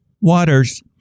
waters